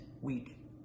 week